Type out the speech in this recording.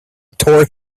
tore